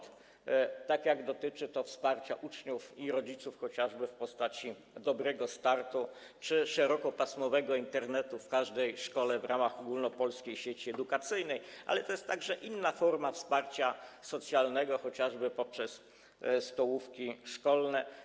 Dotyczy to wsparcia uczniów i rodziców chociażby w postaci „Dobrego startu” czy szerokopasmowego Internetu w każdej szkole w ramach Ogólnopolskiej Sieci Edukacyjnej, ale to jest także inna forma wsparcia socjalnego, chociażby poprzez stołówki szkolne.